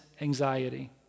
anxiety